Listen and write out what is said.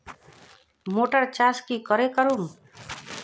Motor चास की करे करूम?